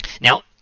Now